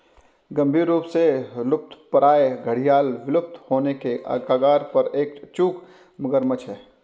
गंभीर रूप से लुप्तप्राय घड़ियाल विलुप्त होने के कगार पर एक अचूक मगरमच्छ है